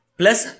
plus